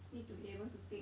need to be able to take